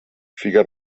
figa